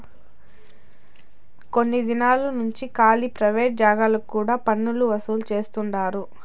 కొన్ని దినాలు నుంచి కాలీ ప్రైవేట్ జాగాలకు కూడా పన్నులు వసూలు చేస్తండారు